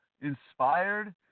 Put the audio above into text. inspired